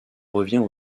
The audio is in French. revient